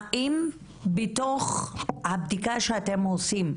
האם בתוך הבדיקה שאתם עושים,